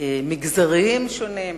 מגזריים שונים.